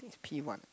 think it's P one